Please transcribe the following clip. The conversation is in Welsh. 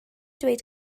dweud